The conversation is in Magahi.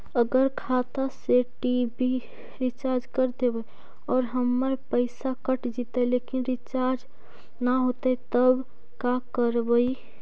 अगर खाता से टी.वी रिचार्ज कर देबै और हमर पैसा कट जितै लेकिन रिचार्ज न होतै तब का करबइ?